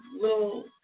little